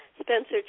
Spencer